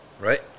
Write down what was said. Right